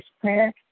Prayer